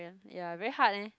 ya very hard leh